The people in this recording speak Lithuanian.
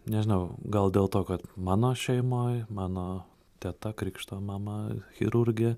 nežinau gal dėl to kad mano šeimoj mano teta krikšto mama chirurgė